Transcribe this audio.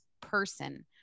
person